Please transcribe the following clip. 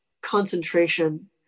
concentration